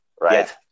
right